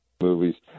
movies